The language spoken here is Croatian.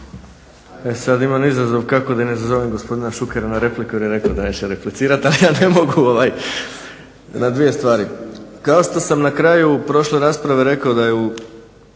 E sada imam izazov kako da ne izazovem gospodina Šukera na repliku jer je rekao da neće replicirati, a ja ne mogu na dvije stvari. Kao što sam na kraju u prošloj raspravi rekao da je sutra